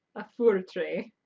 a furre tre!